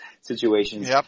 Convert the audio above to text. situations